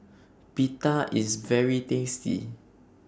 Pita IS very tasty